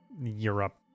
Europe